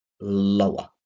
lower